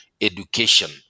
education